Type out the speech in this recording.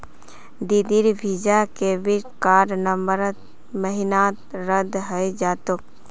दीदीर Visa debit card नवंबर महीनात रद्द हइ जा तोक